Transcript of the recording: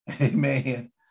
Amen